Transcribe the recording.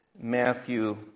Matthew